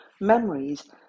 memories